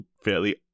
fairly –